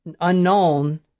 unknown